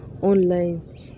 online